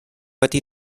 wedi